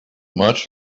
much